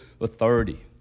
authority